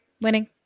Winning